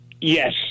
yes